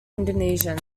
indonesian